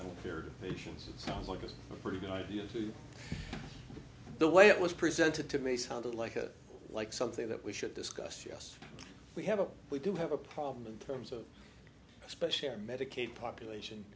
patients it sounds like a pretty good idea to the way it was presented to me sounded like it like something that we should discuss yes we have a we do have a problem in terms of especially our medicaid population